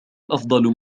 أفضل